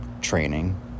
training